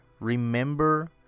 Remember